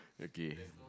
okay